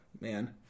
Man